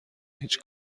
هیچ